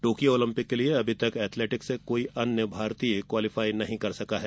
Tokyo Olympic के लिए अभी तक एथलेटिक्स से कोई अन्य भारतीय क्वालीफाई नहीं कर सका है